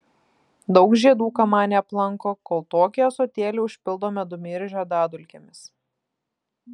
daug žiedų kamanė aplanko kol tokį ąsotėlį užpildo medumi ir žiedadulkėmis